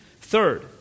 Third